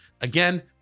again